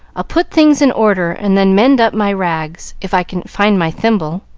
i'll put things in order, and then mend up my rags, if i can find my thimble.